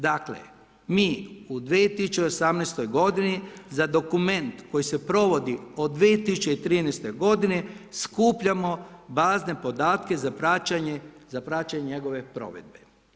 Dakle, mi u 2018. godini za dokument koji se provodi od 2013. godine skupljamo bazne podatke za praćenje njegove provedbe.